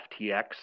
FTX